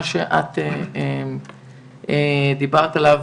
מה שאת דיברת עליו,